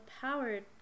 powered